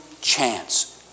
chance